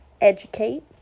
educate